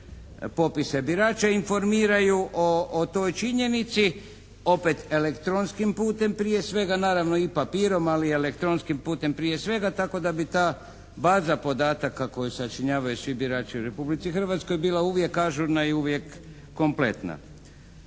popise birača informiraju o toj činjenici opet elektronskim putem prije svega naravno i papirom, ali elektronskim putem prije svega tako da bi ta baza podataka koju sačinjavaju svi birači u Republici Hrvatskoj bila uvijek ažurna i uvijek kompletna.